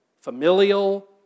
familial